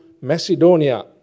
Macedonia